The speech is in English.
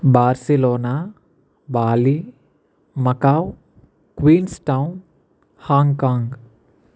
Barcelona Bali Macao queens town Hong Kong